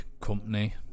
company